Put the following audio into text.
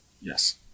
Yes